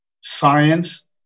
science